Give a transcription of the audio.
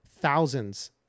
thousands